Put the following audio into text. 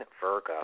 Virgo